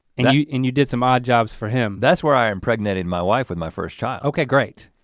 and you and you did some odd jobs for him. that's where i impregnated my wife with my first child. okay, great.